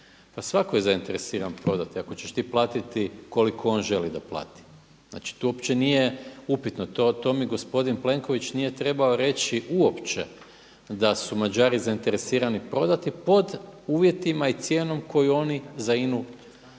svako je zainteresiran prodati ako ćeš ti platiti koliko on želi da plati. Znači tu opće nije upitno, to mi gospodin Plenković nije trebao reći uopće da su Mađari zainteresirani prodati pod uvjetima i cijenom koju oni za INA-u